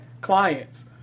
clients